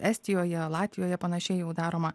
estijoje latvijoje panašiai jau daroma